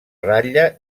ratlla